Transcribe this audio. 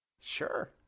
Sure